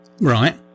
Right